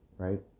Right